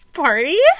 party